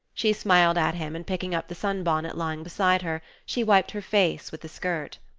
she smiled at him, and picking up the sunbonnet lying beside her, she wiped her face with the skirt.